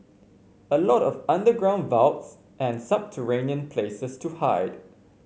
a lot of underground vaults and subterranean places to hide